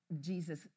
Jesus